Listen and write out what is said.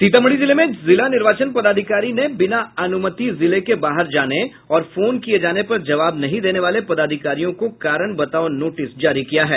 सीतामढ़ी जिले में जिला निर्वाचन पदाधिकारी ने बिना अनुमति जिले के बाहर जाने और फोन किये जाने पर जवाब नहीं देने वाले पदाधिकारियों को कारण बताओ नोटिस जारी किया है